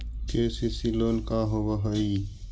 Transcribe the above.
KCC loan का होब हइ?